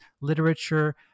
literature